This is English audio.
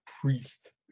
priest